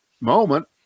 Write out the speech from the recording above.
moment